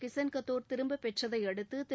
கிஸன் கத்தோர் திரும்பப் பெற்றதை அடுத்து திரு